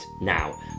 now